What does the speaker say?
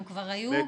הם כבר היו,